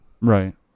Right